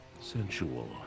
sensual